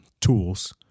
tools